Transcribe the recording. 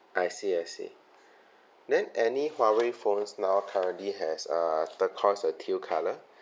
I see I see then any huawei phones now currently has uh turquoise or teal colour